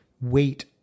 weight